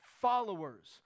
followers